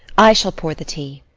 i shall pour the tea.